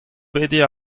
pediñ